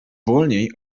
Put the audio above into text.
wolniej